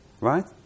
right